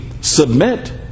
submit